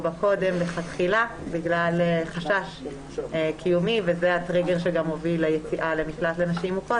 קודם בגלל חשש קיומי וזה הטריגר שגם הוביל ליציאה למקלט לנשים מוכות.